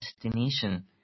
destination